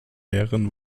mehreren